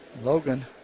Logan